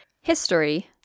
history